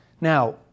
Now